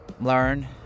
Learn